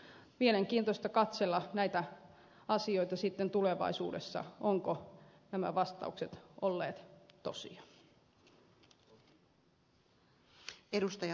mielenkiintoista katsella näitä asioita tulevaisuudessa ovatko nämä vastaukset olleet tosia